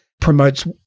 promotes